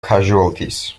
casualties